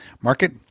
market